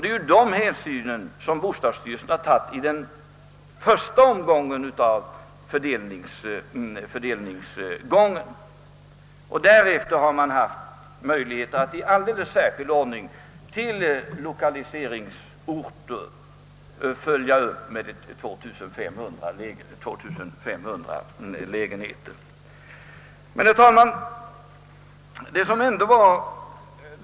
Det är sådana hänsyn bostadsstyrelsen tagit i den första omgången av fördelningen. Därefter har man haft möjligheter att använda 2 500 lägenheter för att i särskild ordning följa upp lokaliseringspolitiken.